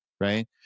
right